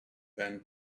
then